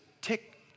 tick